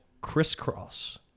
Crisscross